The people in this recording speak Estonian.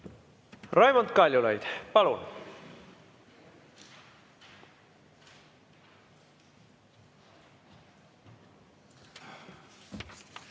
Raimond Kaljulaid, palun!